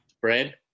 Bread